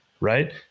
right